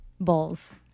bowls